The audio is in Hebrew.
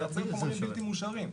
לייצר חומרים בלתי מאושרים.